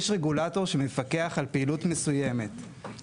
יש רגולטור שמפקח על פעילות מסוימת.